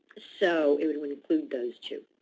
so it would would include those two.